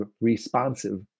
responsive